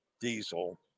diesel